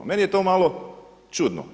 Meni je to malo čudno.